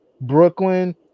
Brooklyn